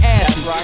asses